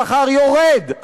השכר יורד,